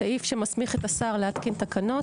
סעיף שמסמיך את השר להתקין תקנות.